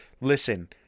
Listen